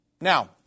Now